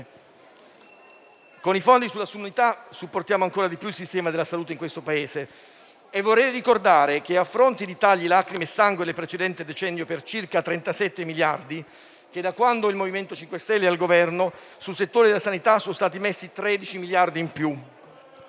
Con i fondi sulla sanità supportiamo ancora di più il sistema della salute in questo Paese. Vorrei ricordare che, a fronte di tagli lacrime e sangue operati nel precedente decennio per circa 37 miliardi, da quando il MoVimento 5 Stelle è al Governo sul settore della sanità sono stati messi 13 miliardi in più